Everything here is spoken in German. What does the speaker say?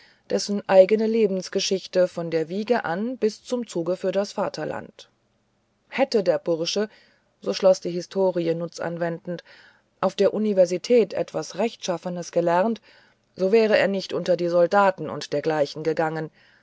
dessen eigene lebensgeschichte von der wiege an bis zum zuge für das vaterland hätte der bursch so schloß die historie nutzanwendend auf der universität etwas rechtschaffenes gelernt so wäre er nicht unter die soldaten und dergleichen gegangen